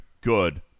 good